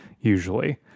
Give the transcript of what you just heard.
usually